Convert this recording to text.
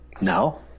No